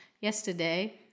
yesterday